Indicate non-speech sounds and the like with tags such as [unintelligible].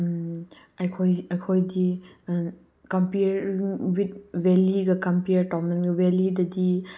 ꯑꯩꯈꯣꯏꯗꯤ compare with ꯚꯦꯜꯂꯤꯒ compare [unintelligible] ꯚꯦꯜꯂꯤꯗꯗꯤ